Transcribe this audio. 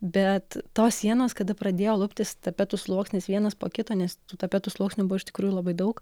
bet tos sienos kada pradėjo luptis tapetų sluoksnis vienas po kito tų tapetų sluoksniu buvo iš tikrųjų labai daug